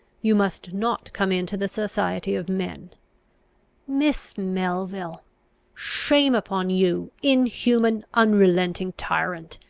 you must not come into the society of men miss melville shame upon you, inhuman, unrelenting tyrant!